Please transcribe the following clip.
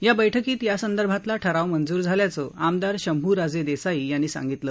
या बैठकीत यासंदर्भातला ठराव मंजूर झाल्याचं आमदार शंभूराजे देसाई यांनी सांगितलं